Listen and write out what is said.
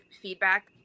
feedback